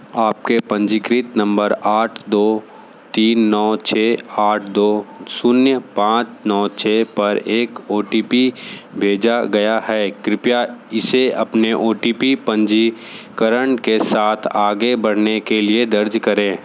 आपके पंजीकृत नंबर आठ दो तीन नौ छः आठ दो शून्य पाँच नौ छः पर एक ओ टी पी भेजा गया है कृपया इसे अपने ओ टी पी पंजी करण के साथ आगे बढ़ने के लिए दर्ज करें